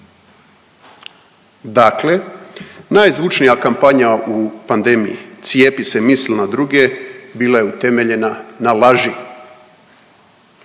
Dakle, najzvučnija kampanja u pandemiji cijepi se, misli na druge bila je utemeljena na laži.